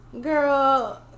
Girl